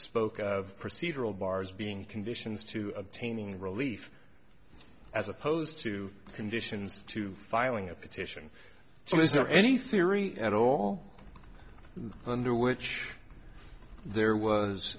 spoke of procedural bars being conditions to obtaining relief as opposed to conditions to filing a petition so is there any theory at all under which there was